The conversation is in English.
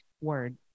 word